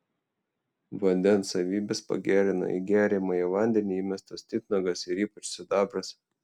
vandens savybes pagerina į geriamąjį vandenį įmestas titnagas ir ypač sidabras